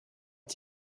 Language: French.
est